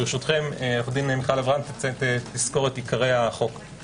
ברשותכם עו"ד מיכל אברהם תסקור את עיקרי החוק.